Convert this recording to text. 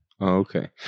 Okay